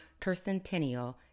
Tercentennial